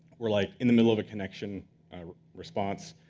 where like in the middle of a connection response,